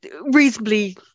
reasonably